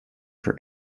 for